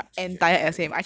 change your entire essay